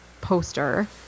poster